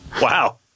Wow